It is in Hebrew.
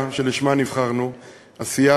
עשייה